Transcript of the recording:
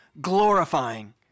glorifying